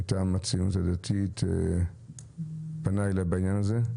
מטעם הציונות הדתית, פנה אליי בעניין הזה.